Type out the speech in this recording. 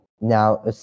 Now